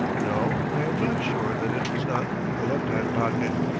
no i am not sure that it was not the left-hand pocket.